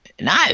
No